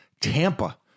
tampa